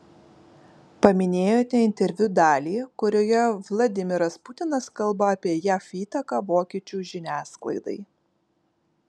paminėjote interviu dalį kurioje vladimiras putinas kalba apie jav įtaką vokiečių žiniasklaidai